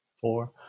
four